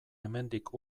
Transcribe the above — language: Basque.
hemendik